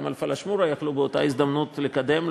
גם לגבי הפלאשמורה היו יכולים באותה הזדמנות לקדם.